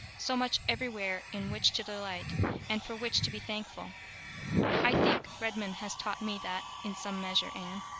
so much everywhere in which to delight, and for which to be thankful i think redmond has taught me that in some measure, anne.